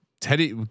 Teddy